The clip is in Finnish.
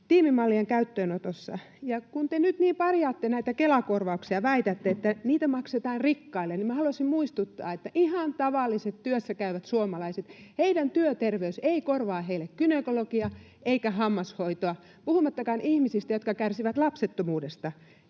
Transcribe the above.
tiimimallien käyttöönotossa. Kun te nyt niin parjaatte näitä Kela-korvauksia ja väitätte, että niitä maksetaan rikkaille, niin minä haluaisin muistuttaa, että ihan tavallisten työssäkäyvien suomalaisten työterveys ei korvaa heille gynekologia eikä hammashoitoa, puhumattakaan ihmisistä, jotka kärsivät lapsettomuudesta.